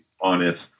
honest